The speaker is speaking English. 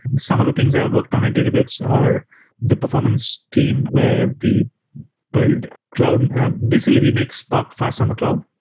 some of the things i have worked on a database are the performance team, where we build cloud and ah basically we make spark fast on the cloud.